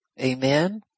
Amen